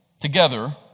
together